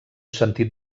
sentit